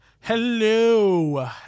hello